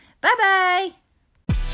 Bye-bye